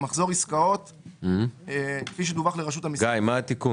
מחזור עסקאות כפי שדווח לרשות המסים בישראל על פי דין לגבי כל